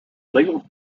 legal